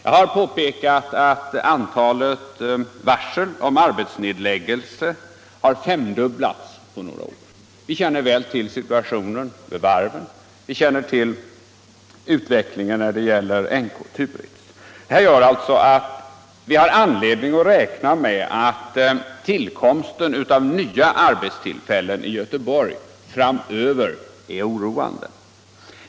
Jag har påpekat att antalet varsel om arbetsnedläggelser har femdubblats på några år. Vi känner väl till situationen vid varven, och vi känner till utvecklingen när det gäller NK-Turitz. Det gör att vi har anledning att med oro se på möjligheterna att framöver få nya arbetstillfällen i Göteborg.